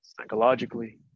psychologically